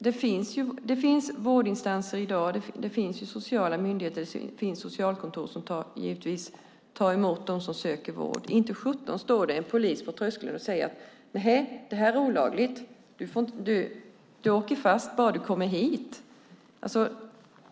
Det finns vårdinstanser i dag, sociala myndigheter och socialkontor som givetvis tar emot dem som söker vård. Inte sjutton står det en polis på tröskeln och säger: Nehej, det här är olagligt, du åker fast bara för att du kommer hit.